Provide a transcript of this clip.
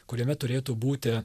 kuriame turėtų būti